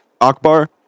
Akbar